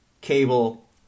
cable